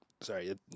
Sorry